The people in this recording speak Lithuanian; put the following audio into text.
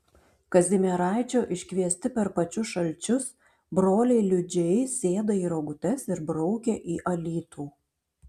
kazimieraičio iškviesti per pačius šalčius broliai liudžiai sėda į rogutes ir braukia į alytų